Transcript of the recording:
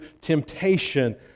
temptation